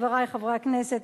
חברי חברי הכנסת,